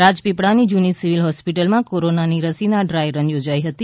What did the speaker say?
રાજપીપળાની જૂની સિવિલ હોસ્પિટલમાં કોરોના રસીની ડ્રાય રન યોજાઇ હતી